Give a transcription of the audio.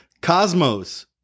Cosmos